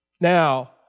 Now